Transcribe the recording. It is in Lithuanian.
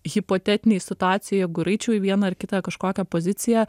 hipotetinėj situacijoj jeigu ir eičiau į vieną ar kitą kažkokią poziciją